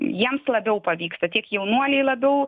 jiems labiau pavyksta tiek jaunuoliai labiau